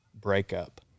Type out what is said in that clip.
breakup